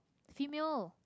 female